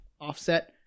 offset